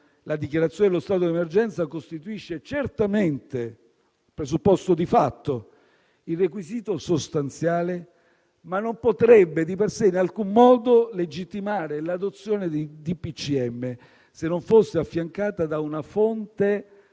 La dichiarazione dello stato d'emergenza costituisce certamente presupposto di fatto, il requisito sostanziale, ma non potrebbe di per sé in alcun modo legittimare l'adozione dei DPCM, se non fosse affiancata da una fonte -